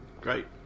Great